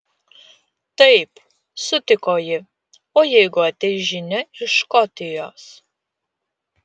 taip sutiko ji o jeigu ateis žinia iš škotijos